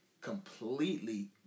completely